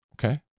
okay